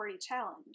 challenge